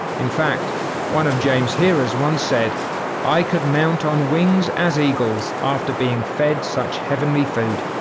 in fact one of james hearers once said i could mount on wings as eagles after being fed such heavenly food.